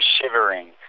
shivering